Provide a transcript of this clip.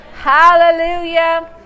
Hallelujah